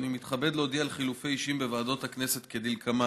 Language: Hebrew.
אני מתכבד להודיע על חילופי אישים בוועדות הכנסת כדלקמן: